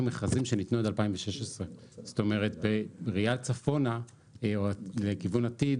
מכרזים שניתנו עד 2016. בראיה צפונה או לכיוון עתיד,